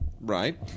Right